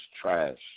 trash